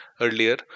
Earlier